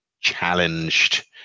challenged